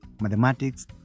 mathematics